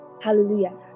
hallelujah